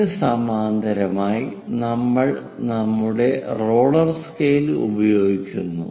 അതിനു സമാന്തരമായി നമ്മൾ നമ്മുടെ റോളർ സ്കെയിൽ ഉപയോഗിക്കുന്നു